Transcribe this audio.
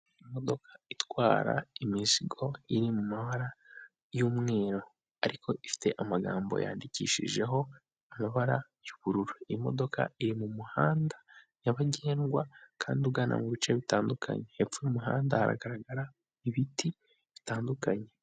Imodoka itwara imizigo iri mu mabara y'umweru ariko ifite amagambo yandikishijeho amabara y'ubururu, iyi modoka iri mu muhanda nyabagendwa kandi ugana mu bice bitandukanye, hepfo y'umuhanda haragaragara ibiti bitandukanye.